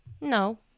No